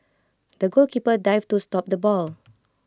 the goalkeeper dived to stop the ball